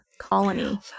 Colony